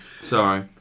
Sorry